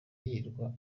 yirirwa